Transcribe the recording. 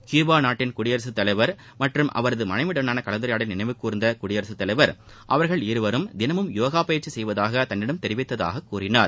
Cuba நாட்டின் குடியரசு தலைவர் மற்றும் அவரது மனைவியுடனான கலந்துரையாடலை நினைவுகூர்ந்த குடியரசு தலைவர் அவர்கள் இருவரும் தினமும் யோகா பயிற்சி கெய்வதாக தன்னிடம் தெரிவித்ததாக கூறினார்